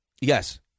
Yes